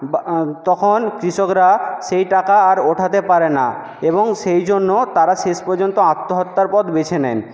বা তখন কৃষকরা সেই টাকা আর ওঠাতে পারে না এবং সেই জন্য তারা শেষ পর্যন্ত আত্মহত্যার পথ বেছে নেন